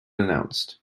announced